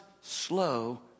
slow